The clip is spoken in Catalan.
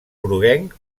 groguenc